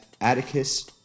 Atticus